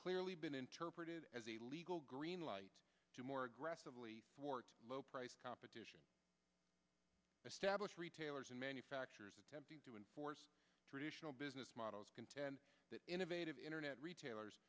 clearly been interpreted as a legal green light to more aggressively towards low price competition established retailers and manufacturers attempting to enforce traditional business models contend that innovative internet retailers